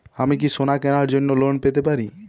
আমি কি সোনা কেনার জন্য লোন পেতে পারি?